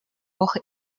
woche